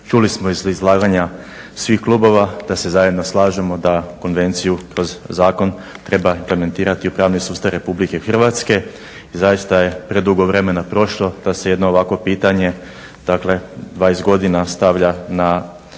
Čuli smo iz izlaganja svih klubova da se zajedno slažemo da konvenciju kroz zakon treba implementirati u pravni sustav RH i zaista je predugo vremena prošlo da se jedno ovakvo pitanje dakle 20 godina stavlja dakle